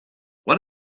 what